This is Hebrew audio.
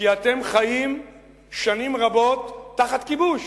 כי אתם חיים שנים רבות תחת כיבוש.